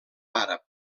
àrab